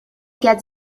get